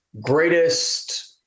greatest